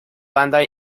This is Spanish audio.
banda